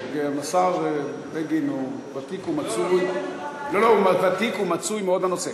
השר בגין הוא ותיק ומצוי מאוד בנושא.